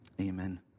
Amen